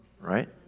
Right